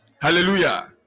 Hallelujah